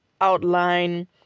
outline